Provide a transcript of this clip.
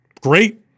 great